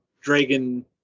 dragon